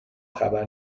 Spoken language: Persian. خبر